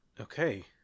Okay